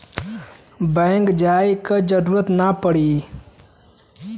bank जाये क जरूरत ना पड़ी